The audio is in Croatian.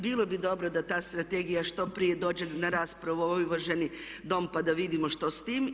Bilo bi dobro da ta strategija što prije dođe na raspravu u ovaj uvaženi Dom pa da vidimo što s time.